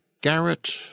Garrett